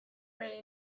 way